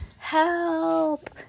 help